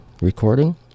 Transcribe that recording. recording